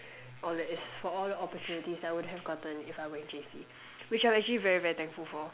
all that is for all the opportunities that I wouldn't have gotten if I were in J_C which I'm actually very thankful for